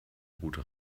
rute